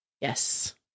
Yes